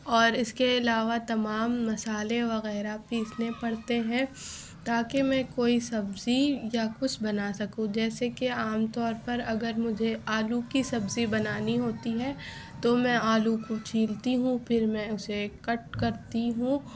اور اس کے علاوہ تمام مسالے وغیرہ پیسنے پڑتے ہیں تاکہ میں کوئی سبزی یا کچھ بنا سکوں جیسے کہ عام طور پر اگر مجھے آلو کی سبزی بنانی ہوتی ہے تو میں آلو کو چھیلتی ہوں پھر میں اسے کٹ کرتی ہوں